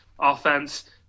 offense